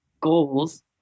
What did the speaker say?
goals